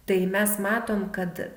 tai mes matom kad